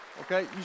okay